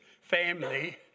family